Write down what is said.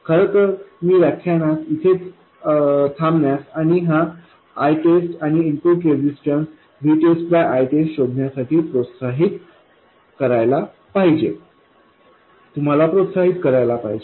खरं तर मी व्याख्यानात इथेच थांबविण्यास आणि हा ITEST आणि इनपुट रेजिस्टन्स VTEST ITEST शोधण्यासाठी प्रोत्साहित करायला पाहिजे